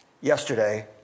Yesterday